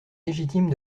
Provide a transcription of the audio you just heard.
légitime